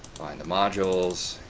find the modules,